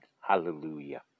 Hallelujah